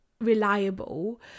reliable